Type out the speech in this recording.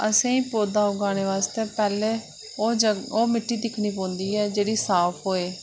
असेंगी पौधा जमाने आस्तै पैह्लें ओह् मिट्टी दिक्खना पौंदी ऐ जेह्ड़ी साफ होऐ